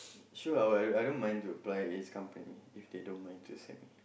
sure I won't I don't mind to apply any company if they don't mind to accept me